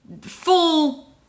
full